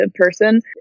person